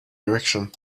direction